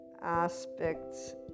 aspects